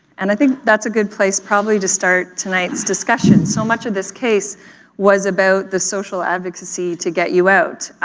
and i think that's a good place probably to start tonight's discussions. so much of this case was about the social advocacy to get you out.